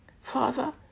Father